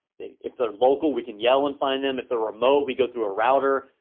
if they're local, we can yell and find them, if they're remote we go through a router.